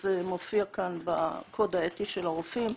וזה מופיע כאן בקוד האתי של הרופאים,